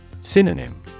Synonym